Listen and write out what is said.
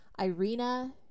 Irina